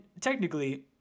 technically